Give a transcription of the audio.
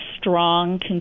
strong